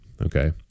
Okay